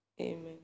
Amen